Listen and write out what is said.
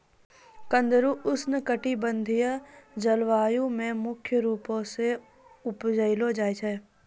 कुंदरु उष्णकटिबंधिय जलवायु मे मुख्य रूपो से उपजै छै